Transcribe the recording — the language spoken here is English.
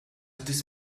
this